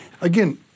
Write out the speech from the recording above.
Again